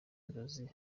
nzozi